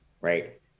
Right